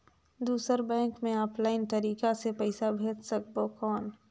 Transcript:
दुसर बैंक मे ऑफलाइन तरीका से पइसा भेज सकबो कौन?